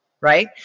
right